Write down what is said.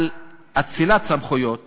על אצילת סמכויות